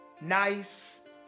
nice